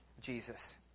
Jesus